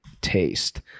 taste